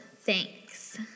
thanks